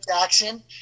Jackson